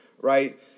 Right